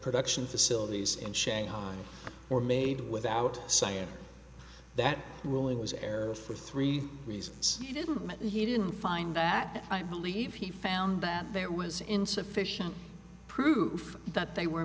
production facilities in shanghai or made without science that ruling was error for three reasons he didn't he didn't find that i believe he found that there was insufficient proof that they were